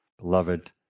beloved